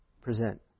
present